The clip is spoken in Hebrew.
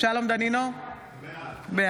אינו נוכח